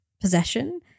possession